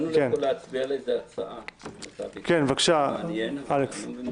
-- להציע לזה הצעה --- כן, בבקשה, אלכס.